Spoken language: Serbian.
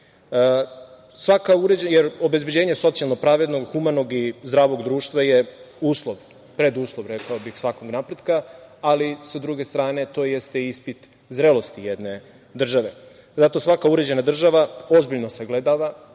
socijalne zaštite. Obezbeđenje socijalno pravednog, humanog i zdravog društva je preduslov svakog napretka, ali, sa druge strane, to jeste ispit zrelosti jedne države. Zato svaka uređena država ozbiljno sagledava